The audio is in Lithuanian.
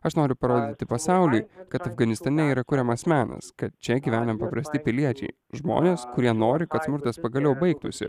aš noriu parodyti pasauliui kad afganistane yra kuriamas menas kad čia gyvena paprasti piliečiai žmonės kurie nori kad smurtas pagaliau baigtųsi